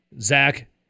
Zach